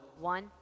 One